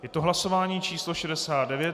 Je to hlasování číslo 69.